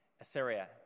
Assyria